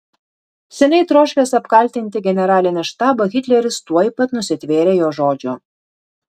seniai troškęs apkaltinti generalinį štabą hitleris tuoj pat nusitvėrė jo žodžių